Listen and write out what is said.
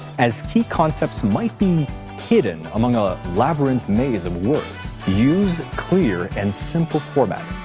as key concepts might be hidden among a labyrinthine maze of words. use clear, and simple formatting.